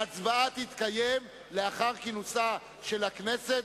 ההצבעה תתקיים לאחר כינוסה של הכנסת